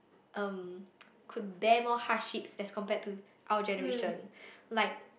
um could bear more hardships as compared to our generation like